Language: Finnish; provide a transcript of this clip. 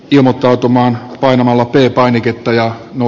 ilmoittautuminen painamalla peli painiketta ja ne